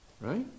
Right